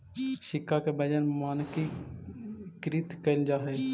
सिक्का के वजन मानकीकृत कैल जा हई